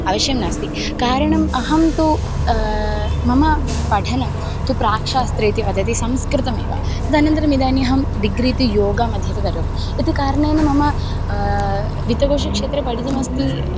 अवश्यं नास्ति कारणम् अहं तु मम पठनं तु प्राक्शास्त्री इति वदति संस्कृतमेव तदनन्तरम् इदानीम् अहं डिग्री इति योगे मध्ये एव करोमि इति कारणेन मम वित्तकोषिक्षेत्रे पठितुमस्ति